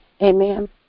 Amen